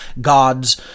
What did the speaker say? gods